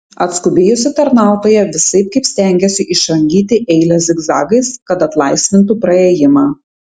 atskubėjusi tarnautoja visaip kaip stengėsi išrangyti eilę zigzagais kad atlaisvintų praėjimą